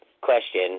question